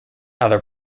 other